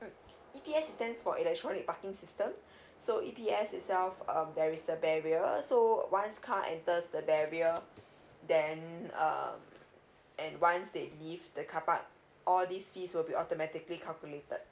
mm E_P_S is stands for electronic parking system so if E_P_S itself um there is the barrier so once car enters the barrier then um and once they leave the carpark all these fees will be automatically calculated